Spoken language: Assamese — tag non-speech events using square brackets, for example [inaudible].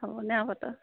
হ'বনে [unintelligible]